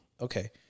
Okay